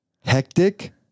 Hectic